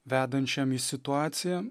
vedančiam į situaciją